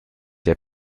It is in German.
der